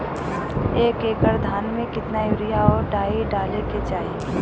एक एकड़ धान में कितना यूरिया और डाई डाले के चाही?